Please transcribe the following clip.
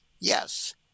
Yes